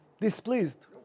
displeased